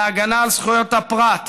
להגנה על זכויות הפרט,